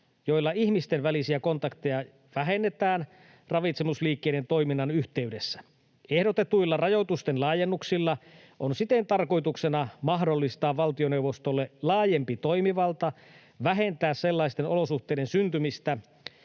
joilla ihmisten välisiä kontakteja vähennetään ravitsemusliikkeiden toiminnan yhteydessä. Ehdotetuilla rajoitusten laajennuksilla on siten tarkoituksena mahdollistaa valtioneuvostolle laajempi toimivalta vähentää sellaisten olosuhteiden syntymistä,